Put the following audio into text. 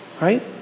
right